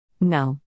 No